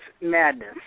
madness